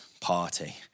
party